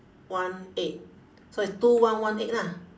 one eight so it's two one one eight ah